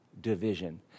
division